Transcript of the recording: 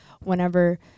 whenever